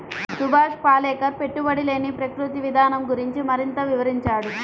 సుభాష్ పాలేకర్ పెట్టుబడి లేని ప్రకృతి విధానం గురించి మరింత వివరించండి